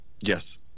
Yes